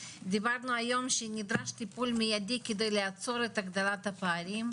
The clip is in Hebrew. דיברנו היום שנדרש טיפול מיידי כדי לעצור את הגדלת הפערים,